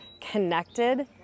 connected